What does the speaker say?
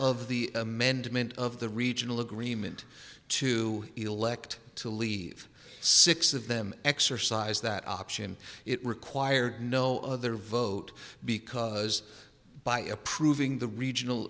of the amendment of the regional agreement to elect to leave six of them exercise that option it required no other vote because by approving the regional